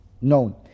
known